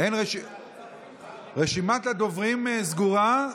רשימת הדוברים סגורה,